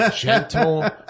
gentle